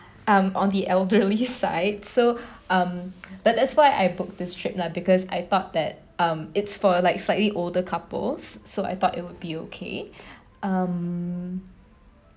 um on the elderly side so um but that's why I book this trip lah because I thought that um it's for like slightly older couples so I thought it would be okay um